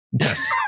Yes